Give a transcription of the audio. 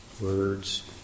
words